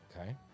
Okay